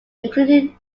included